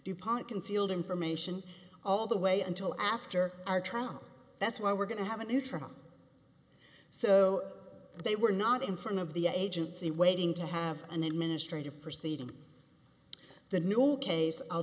dupont concealed information all the way until after our trial that's why we're going to have a new trial so they were not in front of the agency waiting to have an administrative proceeding the new case i'll